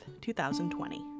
2020